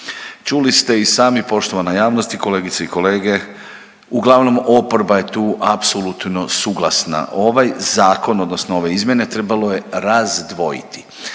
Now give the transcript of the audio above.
Čuli ste i sami poštovana javnosti, kolegice i kolege uglavnom oporba je tu apsolutno suglasna. Ovaj zakon odnosno ove izmjene trebalo je razdvojiti.